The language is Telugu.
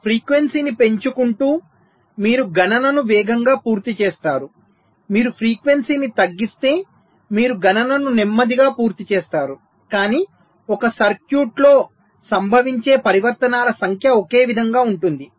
మీరు ఫ్రీక్వెన్సీని పెంచుకుంటే మీరు గణనను వేగంగా పూర్తి చేస్తారు మీరు ఫ్రీక్వెన్సీని తగ్గిస్తే మీరు గణనను నెమ్మదిగా పూర్తి చేస్తారు కానీ ఒక సర్క్యూట్లో సంభవించే పరివర్తనాల సంఖ్య ఒకే విధంగా ఉంటుంది